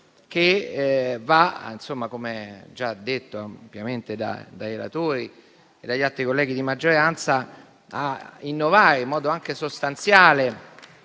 che, come già detto ampiamente dai relatori e dagli altri colleghi di maggioranza, va ad innovare, in modo anche sostanziale,